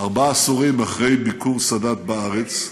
ארבעה עשורים אחרי ביקור סאדאת בארץ,